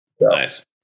Nice